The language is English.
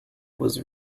was